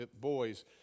boys